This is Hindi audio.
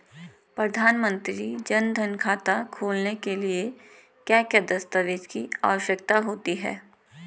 प्रधानमंत्री जन धन खाता खोलने के लिए क्या क्या दस्तावेज़ की आवश्यकता होती है?